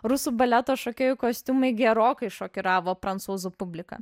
rusų baleto šokėjų kostiumai gerokai šokiravo prancūzų publiką